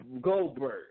Goldberg